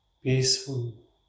peaceful